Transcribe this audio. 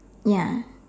ya